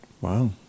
Wow